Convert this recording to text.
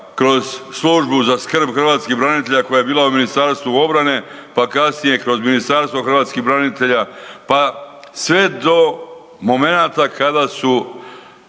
kroz službu za skrb hrvatskih branitelja koja je bila Ministarstvu obrane, pa kasnije kroz Ministarstvo hrvatskih branitelja pa sve do momenata kada su